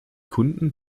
kunden